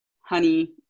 Honey